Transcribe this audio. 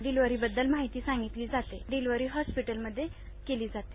delivery बद्दल माहिती सांगितली जाते डिलेव्हरी हॉस्पिटलमद्ये केली जाते